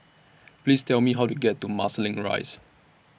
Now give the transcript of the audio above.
Please Tell Me How to get to Marsiling Rise